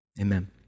Amen